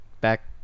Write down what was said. back